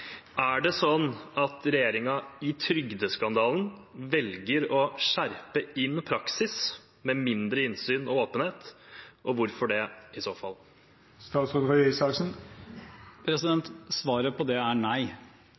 Er det sånn at regjeringen i trygdeskandalen velger å skjerpe inn praksis, med mindre innsyn og åpenhet, og hvorfor det, i så fall? Svaret på det er nei.